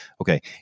Okay